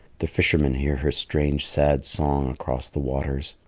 the fishermen hear her strange sad song across the waters.